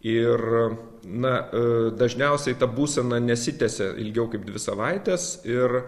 ir na dažniausiai ta būsena nesitęsia ilgiau kaip dvi savaites ir